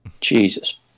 Jesus